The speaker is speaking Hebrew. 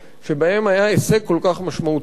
שבהם היה הישג כל כך משמעותי,